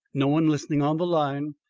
no one listening on the line?